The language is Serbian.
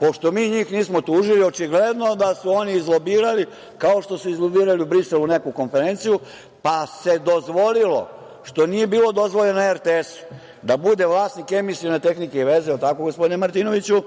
Pošto mi njih nismo tužili, očigledno da su oni izlobirali, kao što su izlobirali u Briselu neku konferenciju, pa se dozvolilo, što nije bilo dozvoljeno RTS-u, da bude vlasnik emisione tehnike i veze, jel tako, gospodine Martinoviću,